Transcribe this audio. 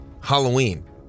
Halloween